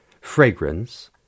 fragrance